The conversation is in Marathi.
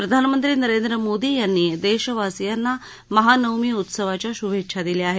प्रधानमंत्री नरेंद्र मोदीयांनी देशवासीयांना महानवमी उत्सवाच्या शुभेच्छा दिल्या आहेत